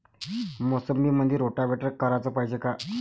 मोसंबीमंदी रोटावेटर कराच पायजे का?